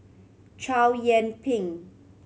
Chow Yian Ping